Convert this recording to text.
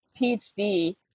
PhD